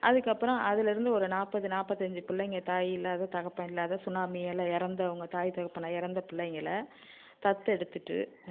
அதற்கப்பறம் அதுலருந்து ஒரு நாற்பது நாப்பத்தஞ்சு பிள்ளைங்கள் தாய் இல்லாத தகப்பன் இல்லாத சுனாமியால் இறந்தவங்க தாய் தகப்பனை இறந்த பிள்ளைங்களை தத்தெடுத்துகிட்டு